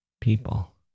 People